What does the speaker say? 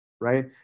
right